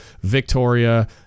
Victoria